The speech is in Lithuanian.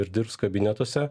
ir dirbs kabinetuose